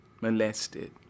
molested